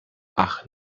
ach